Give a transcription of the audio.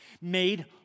made